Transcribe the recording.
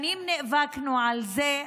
שנים נאבקנו על זה.